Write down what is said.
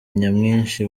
nyamwinshi